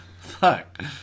Fuck